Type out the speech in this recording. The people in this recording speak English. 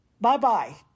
Bye-bye